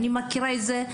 אני מכירה את זה,